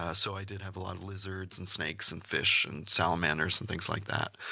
ah so i did have a lot of lizards, and snakes, and fish, and salamanders, and things like that.